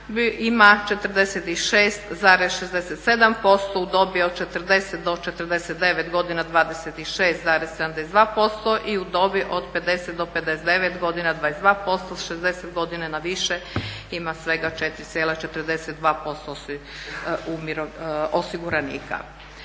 ima 46,67%, u dobi od 40 do 49 godina 26,72% i u dobi od 50 do 59 godina 22%, 60 godina na više ima svega 4,42% osiguranika.